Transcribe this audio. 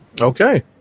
okay